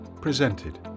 presented